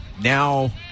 now